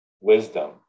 wisdom